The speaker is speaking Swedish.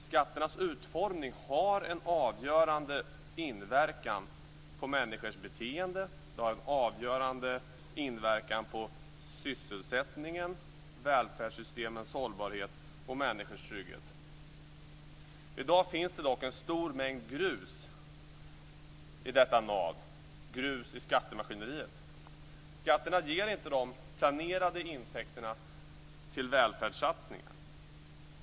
Skatternas utformning har en avgörande inverkan på människors beteende, på sysselsättningen, på välfärdssystemens hållbarhet och på människors trygghet. I dag finns det dock en stor mängd grus i skattemaskineriet. Skatterna ger inte de planerade intäkterna till välfärdssatsningen.